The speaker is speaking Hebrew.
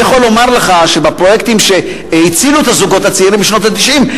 אני יכול לומר לך שבפרויקטים שהצילו את הזוגות הצעירים בשנות ה-90,